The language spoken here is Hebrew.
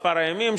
במספר הימים,